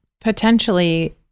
potentially